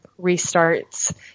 restarts